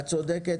את צודקת.